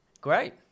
Great